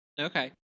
Okay